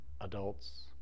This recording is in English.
adults